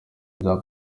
bya